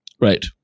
Right